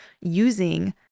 using